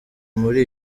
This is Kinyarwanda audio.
muri